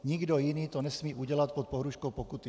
Nikdo jiný to nesmí udělat pod pohrůžkou pokuty.